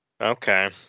Okay